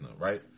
right